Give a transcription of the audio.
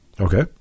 Okay